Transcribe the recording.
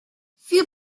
few